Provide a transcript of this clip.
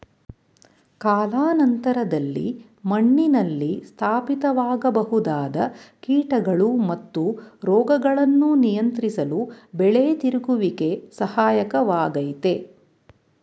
ಕಾಲಾನಂತರದಲ್ಲಿ ಮಣ್ಣಿನಲ್ಲಿ ಸ್ಥಾಪಿತವಾಗಬಹುದಾದ ಕೀಟಗಳು ಮತ್ತು ರೋಗಗಳನ್ನು ನಿಯಂತ್ರಿಸಲು ಬೆಳೆ ತಿರುಗುವಿಕೆ ಸಹಾಯಕ ವಾಗಯ್ತೆ